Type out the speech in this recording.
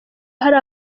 hari